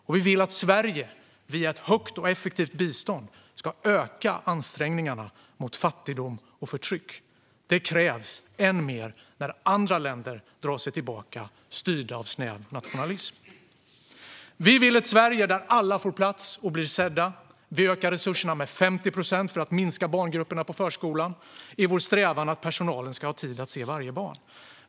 Och vi vill att Sverige via ett högt och effektivt bistånd ska öka ansträngningarna mot fattigdom och förtryck. Det krävs än mer när andra länder drar sig tillbaka styrda av snäv nationalism. Vi vill ha ett Sverige där alla får plats och blir sedda. Vi ökar resurserna med 50 procent för att minska barngrupperna i förskolan i vår strävan att personalen ska ha tid att se varje barn.